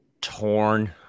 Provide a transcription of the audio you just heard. torn